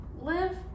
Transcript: live